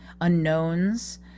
unknowns